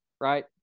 right